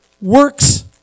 works